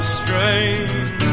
strange